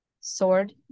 Sword